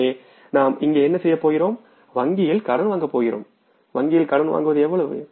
எனவே நாம் இங்கே என்ன செய்யப் போகிறோம் வங்கியில் கடன் வாங்கப்போகிறோம் வங்கியில் கடன் வாங்குவது எவ்வளவு